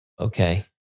Okay